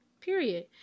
Period